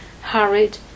hurried